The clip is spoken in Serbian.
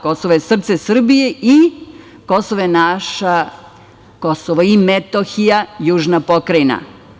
Kosovo je srce Srbije i Kosovo je naše, Kosovo i Metohija, južna pokrajina.